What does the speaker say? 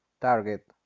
target